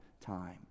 time